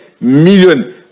million